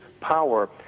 power